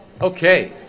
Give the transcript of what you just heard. Okay